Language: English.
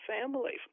family